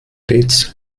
rätsel